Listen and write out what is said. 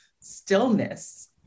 stillness